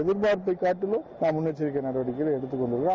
எதிர்பார்ப்பை காட்டிலும் முன்னெச்சரிக்கை நடவடிக்கைகளை எடுத்து கொண்டிருக்கிறோம்